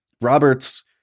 roberts